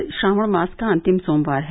कल श्रावण मास का अंतिम सोमवार है